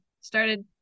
started